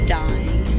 dying